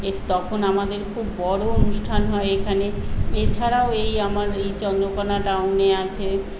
এই তখন আমাদের খুব বড়ো অনুষ্ঠান হয় এখানে এছাড়াও এই আমার এই চন্দ্রকোনা টাউনে আছে